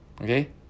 okay